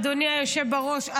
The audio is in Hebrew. אדוני היושב בראש,